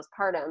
postpartum